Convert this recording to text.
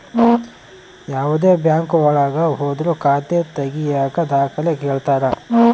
ಯಾವ್ದೇ ಬ್ಯಾಂಕ್ ಒಳಗ ಹೋದ್ರು ಖಾತೆ ತಾಗಿಯಕ ದಾಖಲೆ ಕೇಳ್ತಾರಾ